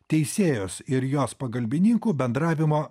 teisėjos ir jos pagalbininkų bendravimo